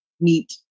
meet